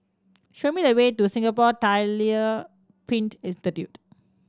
show me the way to Singapore Tyler Print Institute